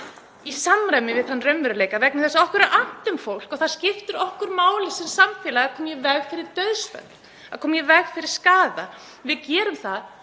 í samræmi við þann raunveruleika vegna þess að okkur er annt um fólk og það skiptir okkur máli sem samfélag að koma í veg fyrir dauðsföll, að koma í veg fyrir skaða. Við gerum það